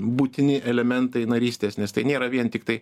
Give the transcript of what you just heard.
būtini elementai narystės nes tai nėra vien tiktai